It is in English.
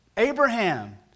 Abraham